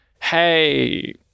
hey